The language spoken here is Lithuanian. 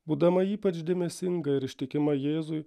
būdama ypač dėmesinga ir ištikima jėzui